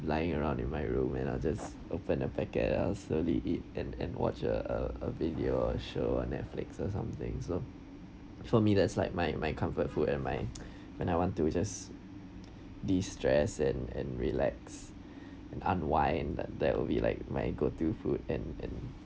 lying around in my room and I just open the packet and I will slowly eat and and watch a a a video a show or Netflix or something so for me that's like my my comfort food and I when I want to just de stress and and relax and unwind but that will be like my go to food and and